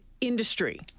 industry